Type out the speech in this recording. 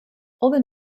other